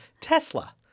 Tesla